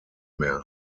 mehr